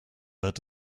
wird